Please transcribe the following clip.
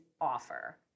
offer